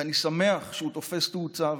אני שמח שהוא תופס תאוצה,